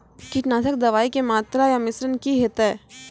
कीटनासक दवाई के मात्रा या मिश्रण की हेते?